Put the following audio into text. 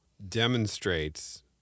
demonstrates